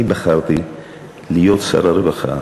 אני בחרתי להיות שר הרווחה,